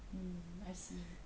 mm I see